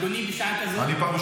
אדוני, בשעה כזאת --- קשה תפיסה.